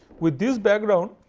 with this background,